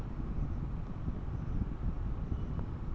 বারো হাজার বেতনে আমি কত ঋন পাব?